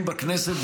אם בכנסת,